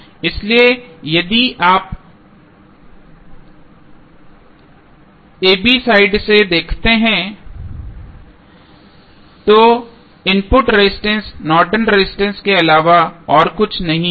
इसलिए यदि आप a b साइड से देखते हैं तो input resistance Norton resistance Nortons resistance के अलावा और कुछ नहीं होगा